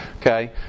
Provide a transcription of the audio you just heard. Okay